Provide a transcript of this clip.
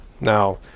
Now